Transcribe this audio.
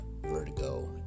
vertigo